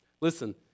Listen